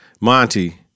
Monty